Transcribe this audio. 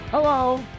Hello